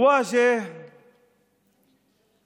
אנו עומדים